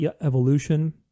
evolution